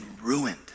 ruined